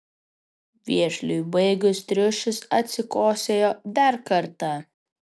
vėžliui baigus triušis atsikosėjo dar kartą